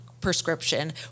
prescription